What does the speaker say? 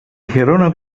gerona